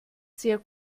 sehr